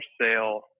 sale